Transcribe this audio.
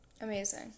Amazing